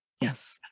Yes